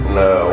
no